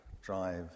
drive